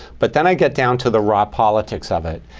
but then i get down to the raw politics of it.